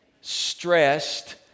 stressed